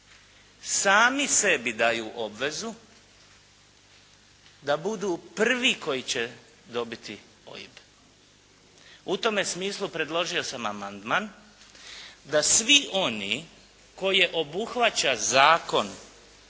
sami sebi daju obvezu da budu prvi koji će dobiti OIB. U tome smislu predložio sam amandman da svi oni koje obuhvaća Zakon